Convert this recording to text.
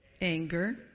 anger